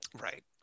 Right